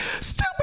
stupid